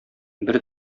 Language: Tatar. бер